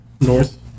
north